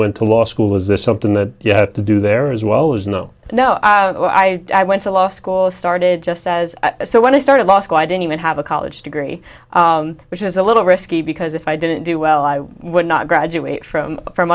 went to law school was this something that you had to do there as well was no no no i i went to law school started just as so when i started law school i didn't even have a college degree which is a little risky because if i didn't do well i would not graduate from from